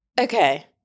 okay